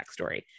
backstory